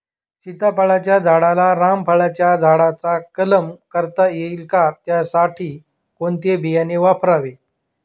सीताफळाच्या झाडाला रामफळाच्या झाडाचा कलम करता येईल का, त्यासाठी कोणते बियाणे वापरावे?